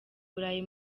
burayi